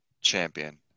champion